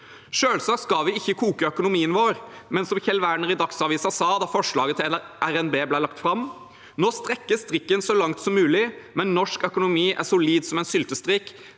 Selvsagt skal vi ikke koke økonomien vår, men som Kjell Werner i Dagsavisen sa da forslaget til RNB ble lagt fram: «Nå strekkes strikken så langt som mulig. Men norsk økonomi er solid som en syltestrikk.